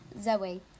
Zoe